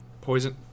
Poison